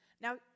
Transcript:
now